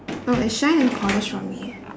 oh it's shine and polish for me